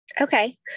Okay